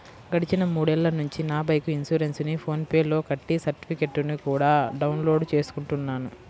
గడిచిన మూడేళ్ళ నుంచి నా బైకు ఇన్సురెన్సుని ఫోన్ పే లో కట్టి సర్టిఫికెట్టుని కూడా డౌన్ లోడు చేసుకుంటున్నాను